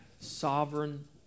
sovereign